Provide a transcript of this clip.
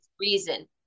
reason